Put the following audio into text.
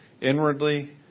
inwardly